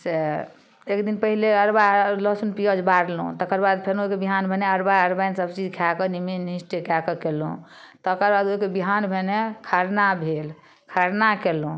से एक दिन पहिले अरबा लहसुन पियाउज बारलहुँ तकर बाद फेन ओइके बिहान भेने अरबा अरबाइन सब चीज खाकऽ नीमन निष्ठ कए कऽ कयलहुँ तकर बाद ओइ कऽ बिहान भेने खरना भेल खरना कयलहुँ